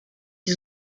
die